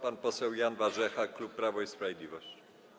Pan poseł Jan Warzecha, klub Prawo i Sprawiedliwość.